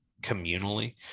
communally